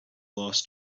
loss